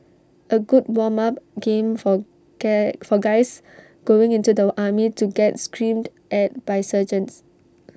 A good warm up game for get for guys going into the army to get screamed at by sergeants